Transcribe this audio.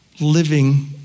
living